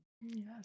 Yes